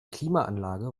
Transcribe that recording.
klimaanlage